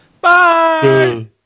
Bye